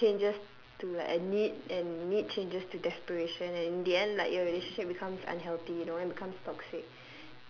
it also changes to like a need and need changes to desperation and in the end like your relationship becomes unhealthy you know it becomes toxic